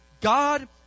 God